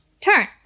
turn